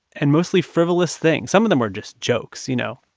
and mostly frivolous things. some of them were just jokes you know,